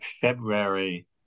February